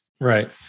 Right